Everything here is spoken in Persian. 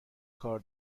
کار